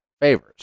favors